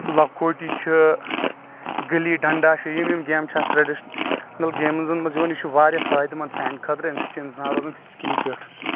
لکوٹی چُھ گِلی ڈنٛڈا چھ یِم یِم گیمہٕ چھ اَتھ منٛز یِوان یہِ چھ واریاہ فأیِدٕ منٛد سانہِ خأطرٕ أمہِ سۭتۍ چُھ اِنسان روزان فِزکٔلی فِٹ